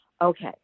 Okay